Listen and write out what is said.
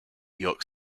york